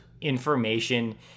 information